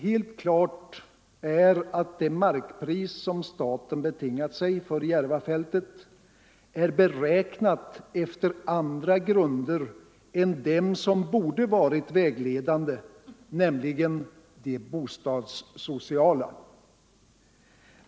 Helt klart är att det markpris som staten betingat sig för Järvafältet är beräknat efter andra grunder än dem som borde varit vägledande, nämligen de bostadssociala.